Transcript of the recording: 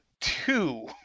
two